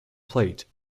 plate